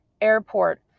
airport